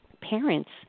parents